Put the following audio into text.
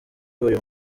uyu